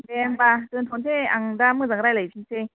दे होनबा दोनथ'नोसै आं दा मोजां रायज्लायफिननोसै